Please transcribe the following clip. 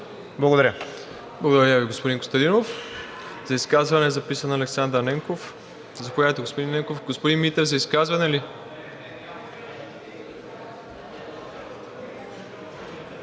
ИВАНОВ: Благодаря Ви, господин Костадинов. За изказване е записан Александър Ненков. Заповядайте, господин Ненков. Господин Митев, за изказване ли?